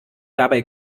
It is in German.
dabei